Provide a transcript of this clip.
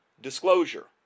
disclosure